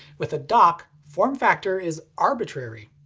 with a dock, form factor is arbitrary.